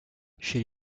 chez